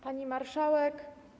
Pani Marszałek!